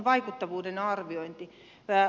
vaikuttavuuden arviointia